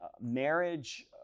marriage